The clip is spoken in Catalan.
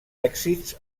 èxits